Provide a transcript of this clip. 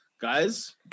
Guys